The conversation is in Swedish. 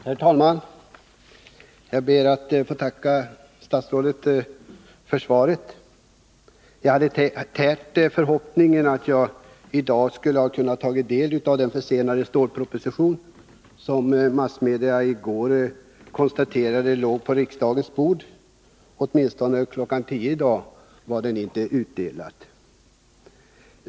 Herr talman! Jag ber att få tacka statsrådet för svaret. Jag hade närt förhoppningen att jag i dag skulle kunna ta del av den försenade stålproposition som massmedia i går konstaterade låg på riksdagens bord. Åtminstone kl. 10 i dag var den inte utdelad.